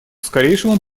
скорейшему